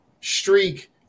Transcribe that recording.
streak